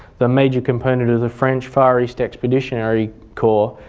the major component of the french far east expeditionary corps,